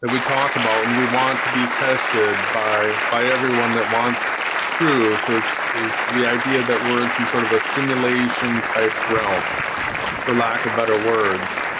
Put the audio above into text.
that we talked about and we want to be tested by by everyone that wants truth this is the idea that we're in some sort of a simulation type realm for lack of better words,